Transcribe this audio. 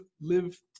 live